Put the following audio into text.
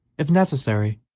if necessary,